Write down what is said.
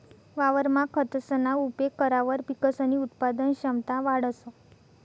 वावरमा खतसना उपेग करावर पिकसनी उत्पादन क्षमता वाढंस